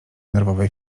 nerwowej